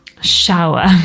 shower